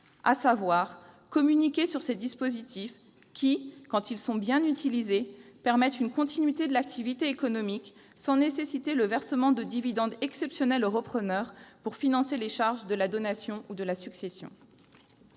de communiquer sur ces dispositifs qui, quand ils sont bien utilisés, permettent la continuité de l'activité économique sans nécessiter le versement de dividendes exceptionnels aux repreneurs, pour financer les charges de la donation ou de la succession.